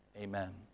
Amen